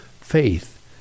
faith